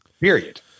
Period